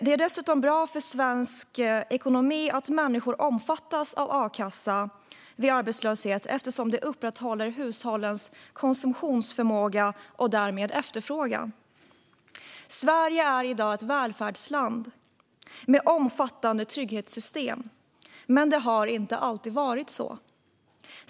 Det är dessutom bra för svensk ekonomi att människor omfattas av a-kassa vid arbetslöshet eftersom det upprätthåller hushållens konsumtionsförmåga och därmed efterfrågan. Sverige är i dag ett välfärdsland med omfattande trygghetssystem. Men det har inte alltid varit så.